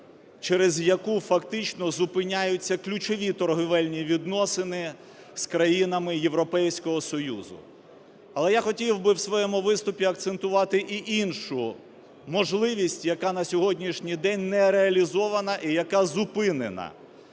через яку фактично зупиняються ключові торгівельні відносини з країнами Європейського Союзу. Але я хотів би в своєму виступі акцентувати і іншу можливість, яка на сьогоднішній день не реалізована і яка зупинена.